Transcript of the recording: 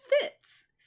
fits